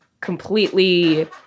completely